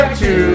two